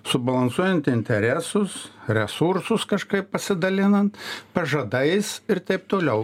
subalansuojant interesus resursus kažkaip pasidalinant pažadais ir taip toliau